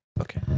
Okay